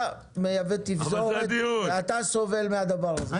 אתה מייבא תפזורת ואתה סובל מהדבר הזה.